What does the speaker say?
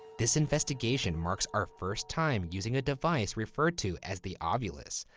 this investigation marks our first time using a device referred to as the ovilus.